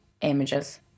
images